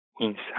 inside